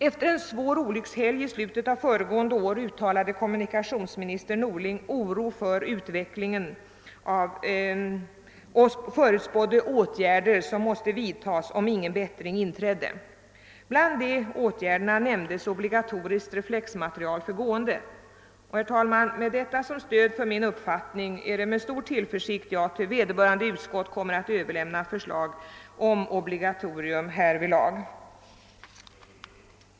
Efter en svår olyckshelg i slutet av förra året uttryckte kommunikationsminister Norling oro för utvecklingen och framhöll att åtgärder måste vidtas om ingen bättring inträdde; bl.a. nämndes obligatoriskt reflexmateriel för gående. Herr talman! Med detta som stöd för min uppfattning är det med stor tillförsikt som jag till vederbörande utskott kommer att överlämna förslag om obligatorium härvidlag.